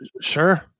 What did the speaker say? Sure